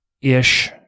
ish